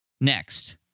Next